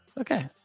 Okay